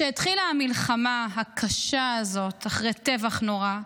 כשהתחילה המלחמה הקשה הזאת אחרי טבח נורא,